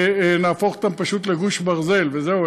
ונהפוך אותן פשוט לגוש ברזל וזהו,